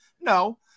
No